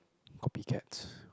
copycats